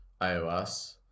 iOS